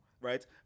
right